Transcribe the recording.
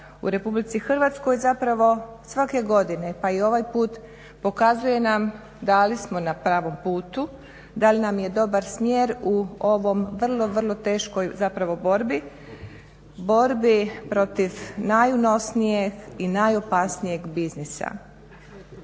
zloupotrebe droga u RH zapravo svake godine pa i ovaj put pokazuje nam da li smo na pravom putu, da li nam je dobar smjer u ovoj vrlo, vrlo teškoj zapravo borbi, borbi protiv najunosnijeg i najopasnijeg biznisa.